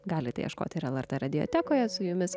galite ieškoti ir lrt radiotekoje su jumis